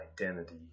identity